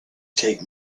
take